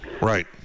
Right